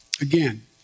again